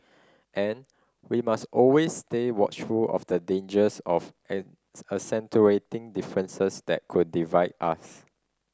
and we must always stay watchful of the dangers of an accentuating differences that could divide us